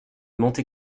monte